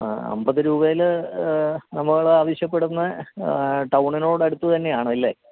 ആ അൻപത് രൂപയിൽ നമ്മൾ ആവശ്യപ്പെടുന്ന ടൌണിനോട് അടുത്തു തന്നെയാണല്ലേ